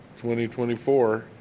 2024